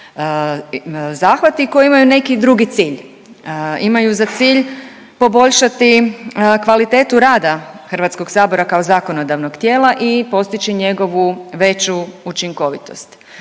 zahvati koji imaju neki drugi cilj. Imaju za cilj poboljšati kvalitetu rada HS-a kao zakonodavnog tijela i postići njegovu veću učinkovitost.